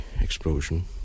explosion